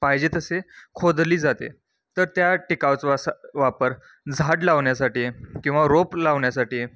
पाहिजे तसे खोदली जाते तर त्या टिकावचा असा वापर झाड लावण्यासाठी किंवा रोप लावण्यासाठी